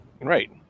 Right